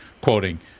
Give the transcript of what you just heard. quoting